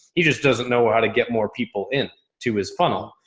he just doesn't know how to get more people in to his funnel.